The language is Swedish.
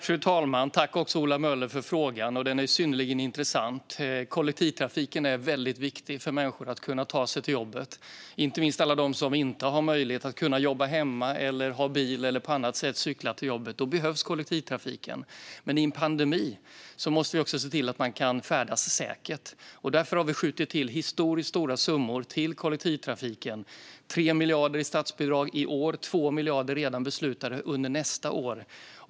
Fru talman! Tack, Ola Möller, för frågan! Den är synnerligen intressant. Kollektivtrafiken är väldigt viktig för människor för att de ska kunna ta sig till jobbet. Det gäller inte minst alla dem som inte har möjlighet att jobba hemma, inte har bil, inte kan cykla eller på annat sätt ta sig till jobbet. Då behövs kollektivtrafiken. Men i en pandemi måste vi också se till att man kan färdas säkert. Därför har vi skjutit till historiskt stora summor till kollektivtrafiken: 3 miljarder i statsbidrag i år och 2 miljarder som redan är beslutade för nästa år.